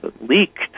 leaked